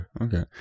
okay